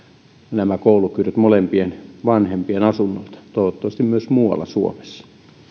nämä koulukyydit molempien vanhempien asunnolta toivottavasti pystytään myös muualla suomessa